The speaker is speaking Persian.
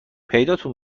پیداتون